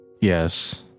yes